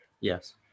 yes